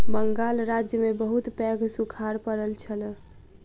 बंगाल राज्य में बहुत पैघ सूखाड़ पड़ल छल